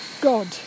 God